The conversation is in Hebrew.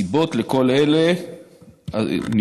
הסיבות לכל אלה נמצאות,